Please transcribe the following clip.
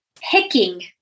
picking